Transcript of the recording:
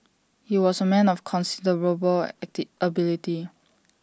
he was A man of considerable ability